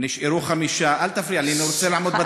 נשארו חמש, אל תפריע לי, אני רוצה לעמוד בדקה.